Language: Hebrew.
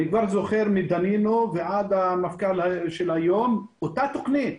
אני כבר זוכר מדנינו ועד המפכ"ל של היום אותה תוכנית.